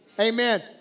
Amen